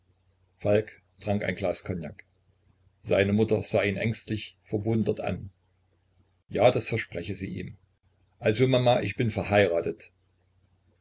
falk trank ein glas cognac seine mutter sah ihn ängstlich verwundert an ja das verspreche sie ihm also mama ich bin verheiratet